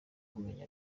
kumenya